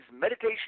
Meditation